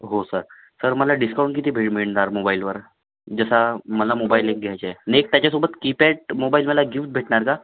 हो sir sir मला discount किती भेट मिळ मिळणार मोबाईलवर जसा मला मोबाईल एक घ्यायचा आहे आणि त्याच्यासोबत कीपॅड मोबाईल मला गिफ्ट भेटणार का